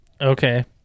okay